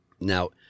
Now